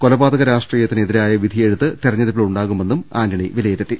കൊലപാതക രാഷ്ട്രീയത്തിന് എതിരായ വിധി യെഴുത്ത് തെരഞ്ഞെടുപ്പിൽ ഉണ്ടാകുമെന്നും ആന്റണി വിലയിരുത്തി